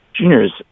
juniors